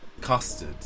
custard